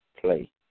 play